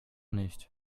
nicht